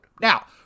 Now